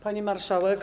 Pani Marszałek!